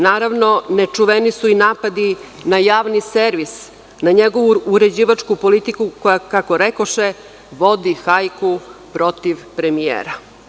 Naravno, nečuveni su i napadi na javni servis, na njegovu uređivačku politiku koja, kako rekoše, vodi hajku protiv premijera.